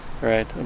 Right